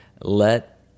Let